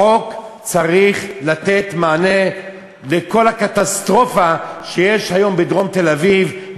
החוק צריך לתת מענה לכל הקטסטרופה שיש היום בדרום תל-אביב,